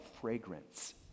fragrance